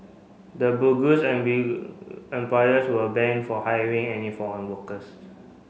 the bogus employers will banned from hiring any foreign workers